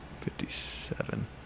Fifty-seven